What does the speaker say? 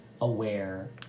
aware